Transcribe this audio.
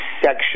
section